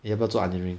要不要做 anyway